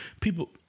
people